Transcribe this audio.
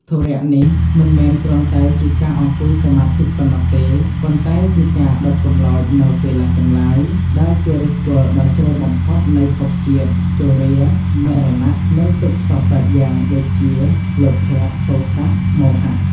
ធុរៈនេះមិនមែនគ្រាន់តែជាការអង្គុយសមាធិប៉ុណ្ណោះទេ ប៉ុន្តែជាការ ដុតកម្លោច នូវកិលេសទាំងឡាយ ដែលជាឫសគល់ដ៏ជ្រៅបំផុតនៃភពជាតិ ជរា មរណៈ និងទុក្ខសព្វបែបយ៉ាង ដូចជា លោភៈ ទោសៈ មោហៈ។